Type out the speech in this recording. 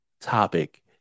topic